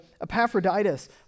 Epaphroditus